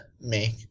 make